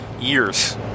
years